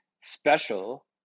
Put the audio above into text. special